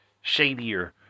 shadier